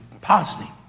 positive